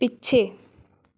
ਪਿੱਛੇ